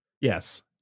Yes